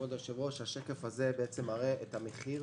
כבוד היושב-ראש, השקף הזה מראה את המחיר